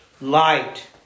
Light